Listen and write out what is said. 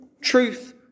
Truth